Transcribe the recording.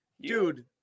dude